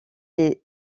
les